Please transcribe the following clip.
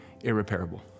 irreparable